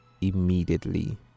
immediately